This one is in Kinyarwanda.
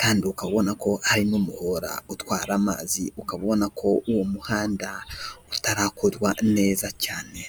kandi ukaba ubona ko hari n'umuhora utwara amazi, ukaba ubona ko uwo muhanda utarakorwa neza cyane.